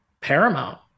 paramount